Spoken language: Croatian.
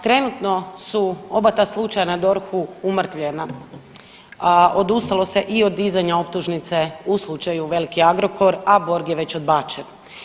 Trenutno su oba ta slučaja na DORH-u umrtvljena, a odustalo se i od dizanja optužnice u slučaju „Veliki Agrokor“, a „Borg“ je već odbačen.